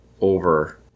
over